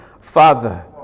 Father